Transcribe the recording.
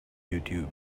youtube